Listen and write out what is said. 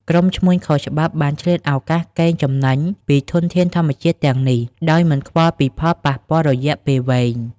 ក្រុមឈ្មួញខុសច្បាប់បានឆ្លៀតឱកាសកេងចំណេញពីធនធានធម្មជាតិទាំងនេះ ដោយមិនខ្វល់ពីផលប៉ះពាល់រយៈពេលវែង។